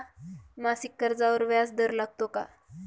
मासिक कर्जावर व्याज दर लागतो का?